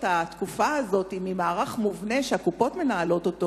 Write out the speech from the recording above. התקופה הזאת ממערך מובנה שהקופות מנהלות אותו,